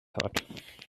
thought